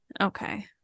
Okay